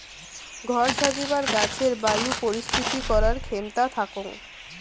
ঘর সাজেবার গছের বায়ু পরিশ্রুতি করার ক্ষেমতা থাকং